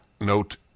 note